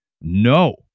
No